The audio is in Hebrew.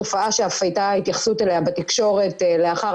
תופעה שאף הייתה התייחסות אליה בתקשורת לאחר